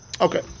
Okay